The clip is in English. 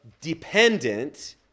dependent